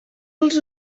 els